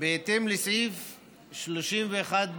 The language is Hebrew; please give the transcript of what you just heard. בהתאם לסעיף 31(ב)